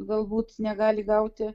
galbūt negali gauti